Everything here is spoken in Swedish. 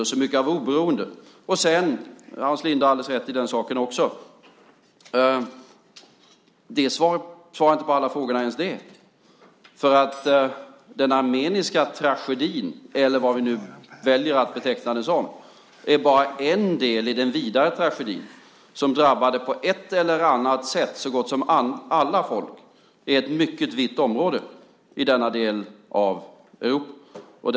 Hans Linde har alldeles rätt i att inte ens det ger svar på alla frågorna eftersom den armeniska tragedin, eller vad vi nu väljer att beteckna den som, bara är en del i den vidare tragedi som på ett eller annat sätt drabbade så gott som alla folk i ett mycket vitt område i den delen av Europa.